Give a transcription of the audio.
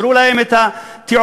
מסרו להם את התעודות.